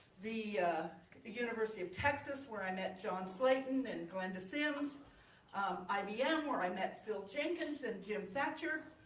the the university of texas where i met john slayton, and glenda simms um ibm, where i met phil jenkins and jim thatcher,